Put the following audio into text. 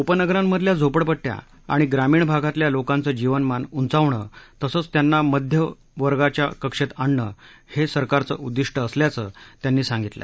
उपनगरांमधल्या झोपडपट्ट्या आणि ग्रामीण भागातल्या लोकांचं जीवनमान उंचावणं तसंच त्यांना मध्य वर्गाच्या कक्षेत आणणं हे सरकारचं उद्दीष्ट असल्याचं त्यांनी सांगितलं